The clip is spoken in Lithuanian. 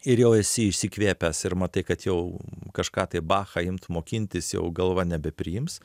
ir jau esi išsikvėpęs ir matai kad jau kažką tai bachą imt mokintis jau galva nebepriims